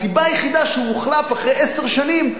הסיבה היחידה שהוא הוחלף אחרי עשר שנים,